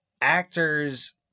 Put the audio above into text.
actors